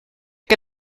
que